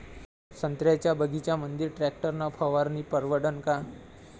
संत्र्याच्या बगीच्यामंदी टॅक्टर न फवारनी परवडन का?